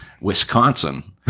wisconsin